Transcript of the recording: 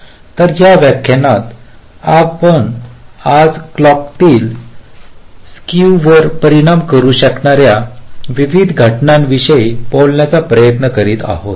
तर या व्याख्यानात आपण आज क्लॉक तील स्केव वर परिणाम करू शकणार्या विविध घटकांविषयी बोलण्याचा प्रयत्न करीत आहोत